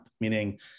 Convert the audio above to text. Meaning